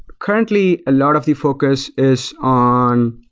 currently a lot of the focus is on,